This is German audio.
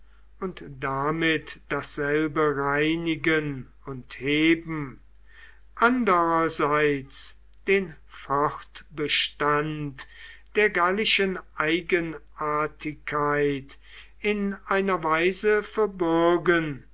und damit dasselbe reinigen und heben andererseits den fortbestand der gallischen eigenartigkeit in einer weise verbürgen